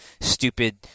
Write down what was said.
stupid